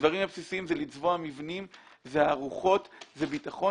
למשל לצבוע מבנים, ארוחות, ביטחון.